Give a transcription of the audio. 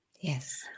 Yes